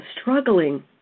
struggling